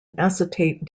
acetate